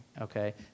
Okay